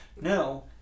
No